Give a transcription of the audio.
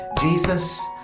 Jesus